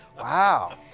Wow